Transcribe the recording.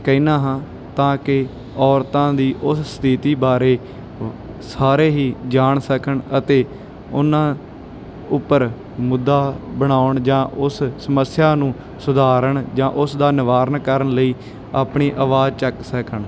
ਕਹਿੰਦਾ ਹਾਂ ਤਾਂ ਕਿ ਔਰਤਾਂ ਦੀ ਉਸ ਸਥਿਤੀ ਬਾਰੇ ਸਾਰੇ ਹੀ ਜਾਣ ਸਕਣ ਅਤੇ ਉਹਨਾਂ ਉੱਪਰ ਮੁੱਦਾ ਬਣਾਉਣ ਜਾਂ ਉਸ ਸਮੱਸਿਆ ਨੂੰ ਸੁਧਾਰਨ ਜਾਂ ਉਸ ਦਾ ਨਿਵਾਰਨ ਕਰਨ ਲਈ ਆਪਣੀ ਆਵਾਜ਼ ਚੱਕ ਸਕਣ